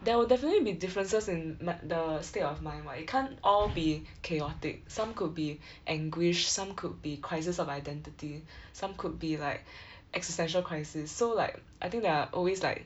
there will definitely be differences in mi~ the state of mind [what] it can't all be chaotic some could be anguish some could be crises of identity some could be like existential crisis so like I think there are always like